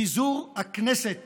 פיזור הכנסת